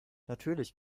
natürlich